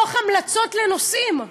אני פונה עם המלצות לנושאים ליושבת-ראש,